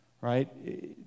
right